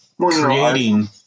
creating